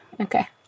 Okay